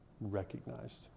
recognized